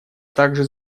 также